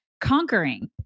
conquering